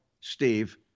Steve